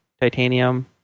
Titanium